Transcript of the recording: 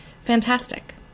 fantastic